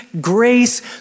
grace